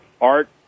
art